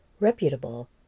reputable